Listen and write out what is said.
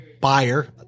buyer